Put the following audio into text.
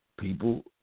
people